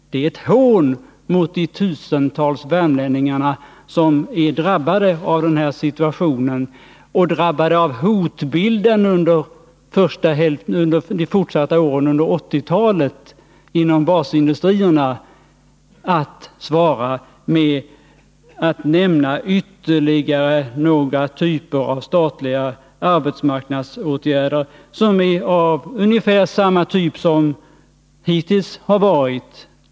Det är ett hån mot de tusentals värmlänningar som är drabbade av den här situationen och av hotbilden när det gäller basindustrierna för de fortsatta åren under 1980-talet att nämna ytterligare några typer av statliga arbetsmarknadsåtgärder som är av ungefär samma typ som hittills vidtagna åtgärder.